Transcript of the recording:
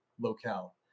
locale